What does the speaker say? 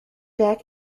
back